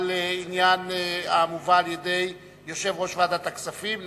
על עניין המובא על-ידי יושב-ראש ועדת הכספים.